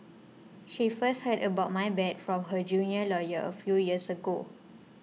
she first heard about my bad from her junior lawyer a few years ago